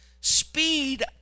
speed